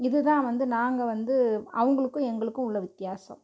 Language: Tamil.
இது தான் வந்து நாங்கள் வந்து அவங்களுக்கும் எங்களுக்கும் உள்ள வித்தியாசம்